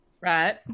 Right